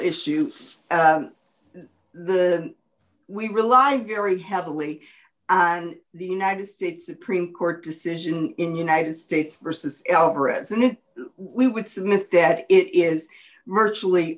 issue the we rely very heavily and the united states supreme court decision in united states versus alvarez and we would submit that it is virtually